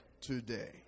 today